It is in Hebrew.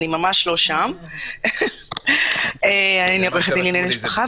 אני עורכת דין לענייני משפחה,